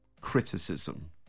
criticism